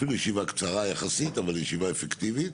אפילו ישיבה קצרה יחסית אבל ישיבה אפקטיבית.